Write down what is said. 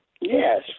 Yes